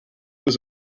was